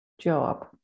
job